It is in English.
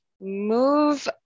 move